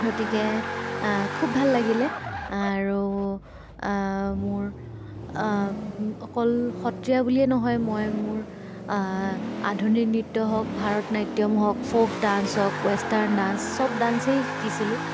গতিকে খুব ভাল লাগিলে আৰু মোৰ অকল সত্ৰীয়া বুলিয়েই নহয় মই মোৰ আধুনিক নৃত্য হওক ভাৰত নাট্যম হওক ফ'ক ডাঞ্চ হওক ৱেষ্টাৰ্ণ ডাঞ্চ চব ডাঞ্চেই শিকিছিলোঁ